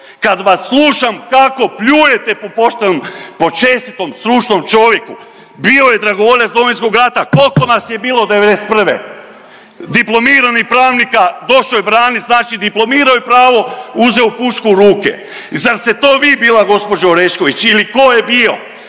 kad vas slušam kako pljujete po poštenom, po čestitom, stručnom čovjeku. Bio je dragovoljac Domovinskog rata, kolko nas je bilo '91.? Diplomirani pravnik došao je branit, znači diplomirao je pravo i uzeo pušku u ruke i zar ste to vi bila gđo. Orešković ili ko je bio?